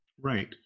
Right